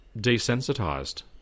desensitized